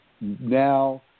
now